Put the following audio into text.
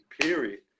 period